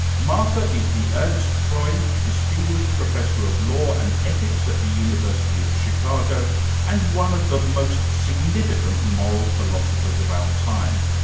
martha is the ernst freund distinguished professor of law and ethics at the university of chicago and one of the most significant moral philosophers of our time.